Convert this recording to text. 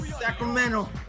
Sacramento